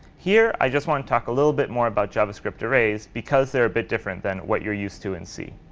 here i just want to talk a little bit more about javascript arrays because they're a bit different than what you're used to in c.